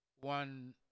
one